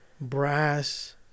brass